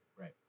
right